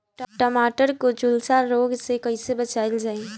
टमाटर को जुलसा रोग से कैसे बचाइल जाइ?